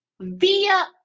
via